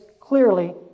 clearly